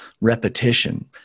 repetition